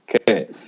Okay